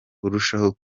urushaho